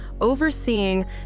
overseeing